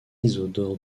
isidore